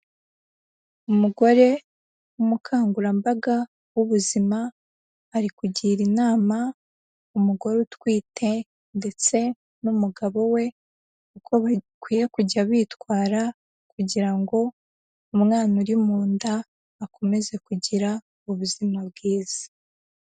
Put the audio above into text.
Umugore w'umukangurambaga w'ubuzima ari kugira inama umugore utwite ndetse n'umugabo we, uko bakwiye kujya bitwara kugira ngo umwana uri mu nda, akomeze kugira ubuzima bwiza.